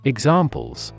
Examples